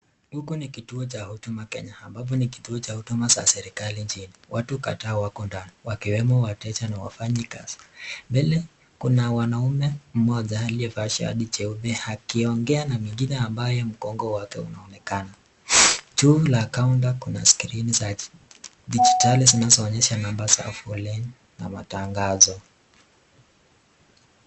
Huku ni kituo cha huduma Kenya ambapo ni kituo cha huduma cha serikali Kenya. Watu kadhaa wako ndani wakiwemo wateja na wafanyikazi. Mbele kuna mwanaume mmoja aliyevalia shati jeupe akiongea na mwingine ambaye mgongo wake unaonekana. Juu ya counter kuna skrini za kidijitali zinazo onyesha namba za foleni ama matangazo.